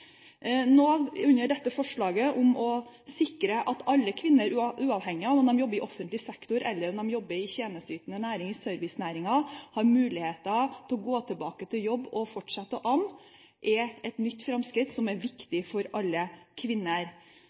sikre at alle kvinner, uavhengig av om de jobber i offentlig sektor eller i tjenesteytende næringer, i servicenæringer, skal ha mulighet til å gå tilbake til jobb og fortsette å amme er et nytt framskritt som er viktig for alle kvinner.